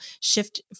shift